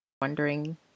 wondering